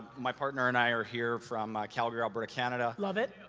my partner and i are here from calgary, alberta, canada. love it.